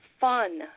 fun